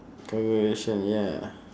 congratulation ya